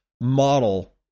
model